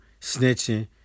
snitching